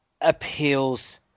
appeals